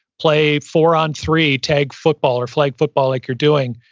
play four on three tag football or flag football, like you're doing,